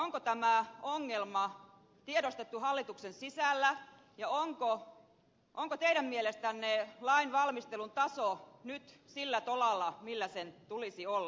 onko tämä ongelma tiedostettu hallituksen sisällä ja onko teidän mielestänne lainvalmistelun taso nyt sillä tolalla millä sen tulisi olla